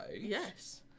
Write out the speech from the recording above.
Yes